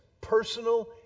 personal